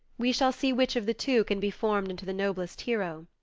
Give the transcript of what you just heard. we shall see which of the two can be formed into the noblest hero.